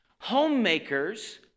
homemakers